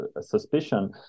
suspicion